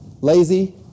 lazy